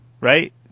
right